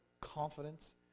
confidence